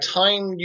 time